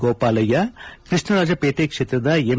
ಗೋಪಾಲಯ್ಯ ಕೃಷ್ಣರಾಜಪೇಟೆ ಕ್ಷೇತ್ರದ ಎಂ